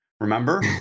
remember